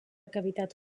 cavitat